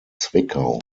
zwickau